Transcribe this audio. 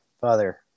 Father